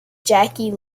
jackie